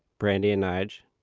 brandi and nyge,